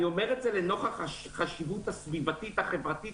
אני אומר את זה לנוכח החשיבות הסביבתית החברתית